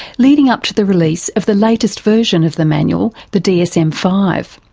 leading up to the release of the latest version of the manual, the dsm five.